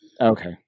okay